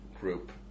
group